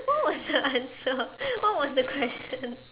what was the answer what was the question